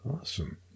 Awesome